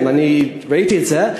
אני ראיתי את זה,